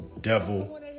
devil